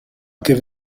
give